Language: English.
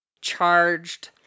charged